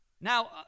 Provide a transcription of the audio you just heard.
Now